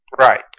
right